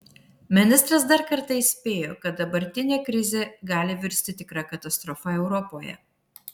ministras dar kartą įspėjo kad dabartinė krizė gali virsti tikra katastrofa europoje